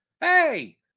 hey